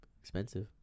Expensive